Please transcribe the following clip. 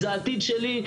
זה העתיד שלי,